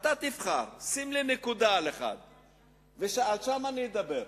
תבחר אתה, שים לי נקודה על אחד ועליו אני אדבר.